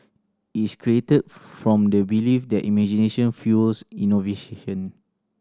is created from the belief that imagination fuels